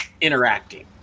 interacting